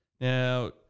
Now